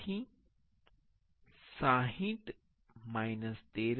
તેથી 60 13